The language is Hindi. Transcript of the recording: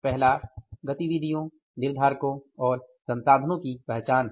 पहला गतिविधियों निर्धारको और संसाधनों की पहचान है